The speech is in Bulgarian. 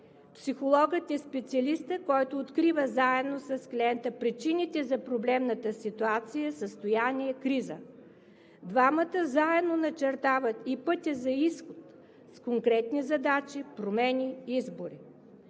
психологът е специалистът, който открива заедно с клиента причините за проблемната ситуация, състояние, криза. Двамата заедно начертават и пътя за изход с конкретни задачи, промени, избори.